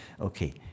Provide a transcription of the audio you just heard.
Okay